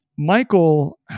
Michael